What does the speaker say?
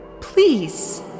Please